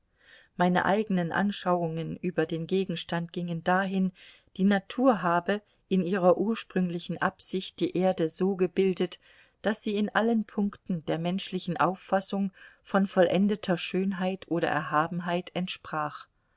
meine eigenen anschauungen über den gegenstand gingen dahin die natur habe in ihrer ursprünglichen absicht die erde so gebildet daß sie in allen punkten der menschlichen auffassung von vollendeter schönheit oder erhabenheit entsprach